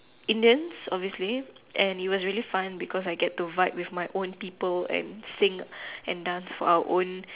Indians obviously and it was really fun because I get to vibe with my own people and sing and dance